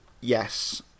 yes